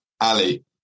Ali